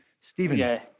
Stephen